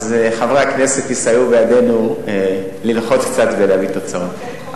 אז חברי הכנסת יסייעו בידנו ללחוץ קצת ולהביא תוצאות.